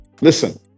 listen